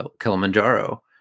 Kilimanjaro